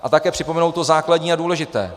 A také připomenout to základní a důležité.